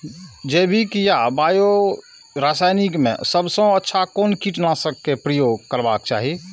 जैविक या बायो या रासायनिक में सबसँ अच्छा कोन कीटनाशक क प्रयोग करबाक चाही?